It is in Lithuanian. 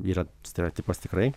yra stereotipas tikrai